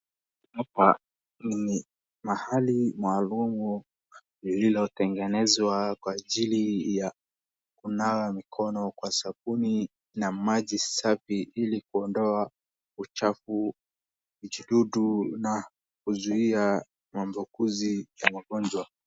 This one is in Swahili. Hapa ni mahali maalum lililotengenezwa kwa ajili ya kunawa mikono kwa sabuni na maji safi ili kuondoa uchafu vijidudu na kuzuia maambukizi ya magonjwa.